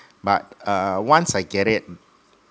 but uh once I get it